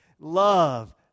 love